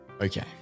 Okay